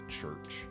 church